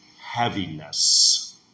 heaviness